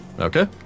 Okay